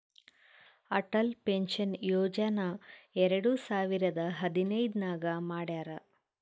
Atal pension Yojana ಎರಡು ಸಾವಿರದ ಹದಿನೈದ್ ನಾಗ್ ಮಾಡ್ಯಾರ್